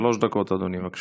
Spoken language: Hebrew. שלוש דקות, אדוני, בבקשה.